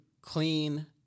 clean